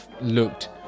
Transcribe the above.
looked